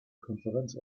konferenz